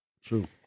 True